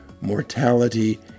mortality